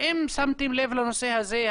האם שמתם לב לנושא הזה?